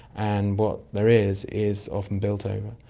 and what there is is often built over.